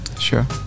Sure